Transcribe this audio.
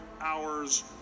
hours